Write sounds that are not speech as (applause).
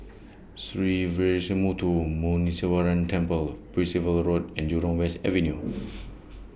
(noise) Sree Veeramuthu Muneeswaran Temple Percival Road and Jurong West Avenue (noise)